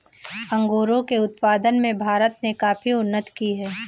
अंगूरों के उत्पादन में भारत ने काफी उन्नति की है